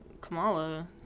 Kamala